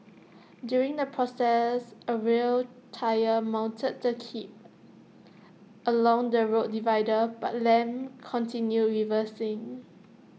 during the process A rear tyre mounted the kerb along the road divider but Lam continued reversing